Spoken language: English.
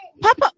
Papa